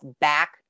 back